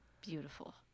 Beautiful